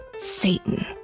Satan